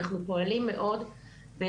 אנחנו פועלים ומקימים